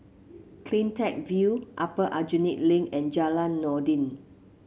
CleanTech View Upper Aljunied Link and Jalan Noordin